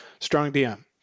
StrongDM